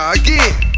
again